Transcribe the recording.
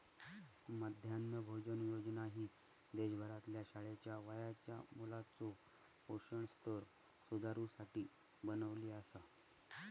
मध्यान्ह भोजन योजना ही देशभरातल्या शाळेच्या वयाच्या मुलाचो पोषण स्तर सुधारुसाठी बनवली आसा